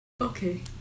Okay